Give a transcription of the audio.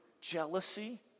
jealousy